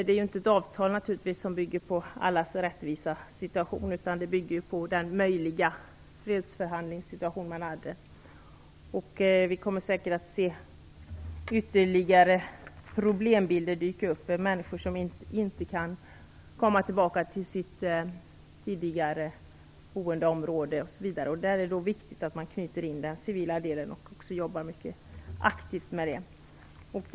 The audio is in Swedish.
Avtalet bygger ju inte på en för alla rättvis situation, utan avtalet bygger på den möjliga fredsförhandlingssituation som man hade. Vi kommer säkert att se ytterligare problembilder dyka upp med människor som inte kan komma tillbaka till det område där de tidigare bodde osv. Där är det viktigt att knyta in den civila delen och att aktivt jobba med den saken.